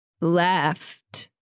left